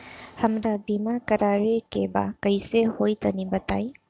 हमरा बीमा करावे के बा कइसे होई तनि बताईं?